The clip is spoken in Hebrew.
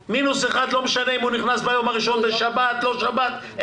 ביום הראשון בשבת או לא בשבת,